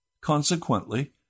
consequently